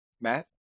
Matt